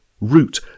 root